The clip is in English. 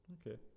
okay